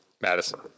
Madison